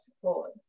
support